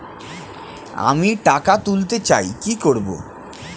আমি টাকা তুলতে চাই কি করব?